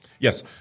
Yes